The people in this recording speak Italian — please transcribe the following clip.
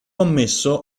ammesso